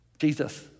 Jesus